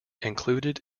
included